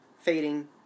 Fading